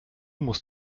muss